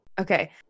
Okay